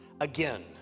again